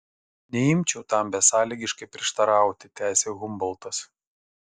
neimčiau tam besąlygiškai prieštarauti tęsė humboltas